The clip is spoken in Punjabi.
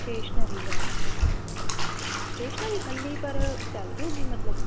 ਸਟੇਸ਼ਨਰੀ ਦਾ ਹਾਂ ਸਟੇਸ਼ਨਰੀ ਇਕੱਲੀ ਪਰ ਚੱਲ ਜੂਗੀ ਮਤਲਬ